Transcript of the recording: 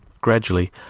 Gradually